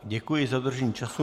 Děkuji za dodržení času.